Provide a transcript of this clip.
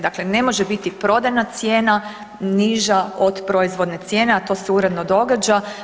Dakle, ne može biti prodajna cijena niža od proizvodne cijene, a to se uredno događa.